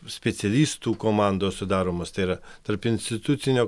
specialistų komandos sudaromos tai yra tarpinstitucinio